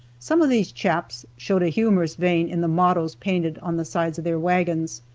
some of these chaps showed a humorous vein in the mottoes painted on the sides of their wagons.